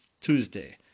Tuesday